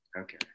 Okay